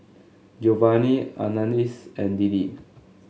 Giovanni Anais and Deedee